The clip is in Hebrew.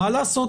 מה לעשות,